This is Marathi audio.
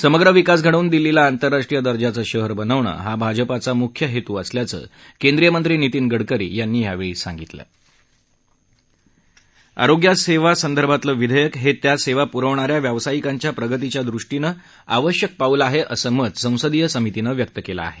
समग्र विकास घडवून दिल्लीला अंतरराष्ट्रीय दर्जाचं शहर बनवणं हा भाजपाचा मुख्य हेतू असल्याचं केंद्रीय मंत्री नितीन गडकरी यांनी यावेळी सांगितलं आरोग्यसेवा संदर्भातलं विधेयक हे त्या सेवा पुरवणाऱ्या व्यवसायिकांच्या प्रगतीच्यादृष्टीनं आवश्यक पाऊल आहे असं मत संसदीय समितीनं व्यक्त केलं आहे